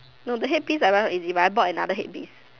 no the headpiece I buy one is I bought another headpiece